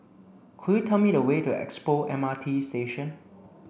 could you tell me the way to Expo M R T Station